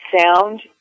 sound